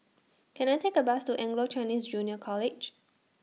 Can I Take A Bus to Anglo Chinese Junior College